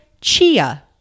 Chia